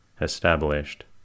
established